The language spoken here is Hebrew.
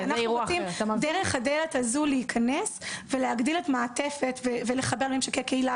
אנחנו רוצים דרך הדלת הזאת להיכנס ולהגדיל את המעטפת ולחבר ממשקי קהילה.